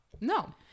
no